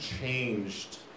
changed